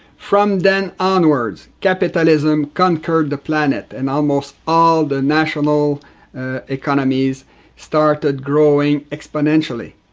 from then onwards, capitalism conquered the planet and almost all the national economies started growing exponentially.